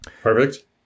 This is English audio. Perfect